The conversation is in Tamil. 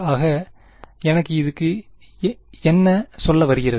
ஆக இது எனக்கு என்ன சொல்ல வருகிறது